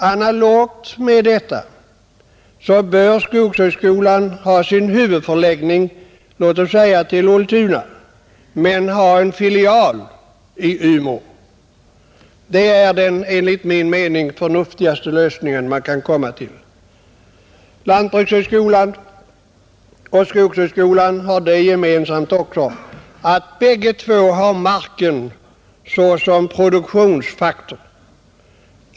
Analogt med detta bör skogshögskolan ha sin huvudförläggning låt oss säga i Ultuna men ha en filial i Umeå, Det är den enligt min mening förnuftigaste lösning man kan komma till. Lantbrukshögskolan och skogshögskolan har också det gemensamt att bägge har marken som produktionsfaktor.